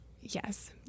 yes